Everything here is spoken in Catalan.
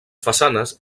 façanes